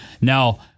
now